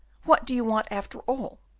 what do you want, after all?